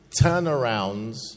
Turnarounds